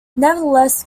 nevertheless